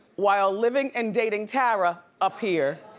while living and dating tara up here.